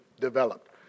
developed